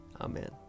Amen